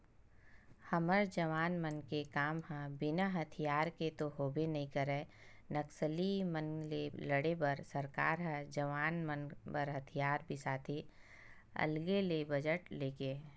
हमर जवान मन के काम ह बिना हथियार के तो होबे नइ करय नक्सली मन ले लड़े बर सरकार ह जवान मन बर हथियार बिसाथे अलगे ले बजट लेके